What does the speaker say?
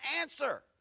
answer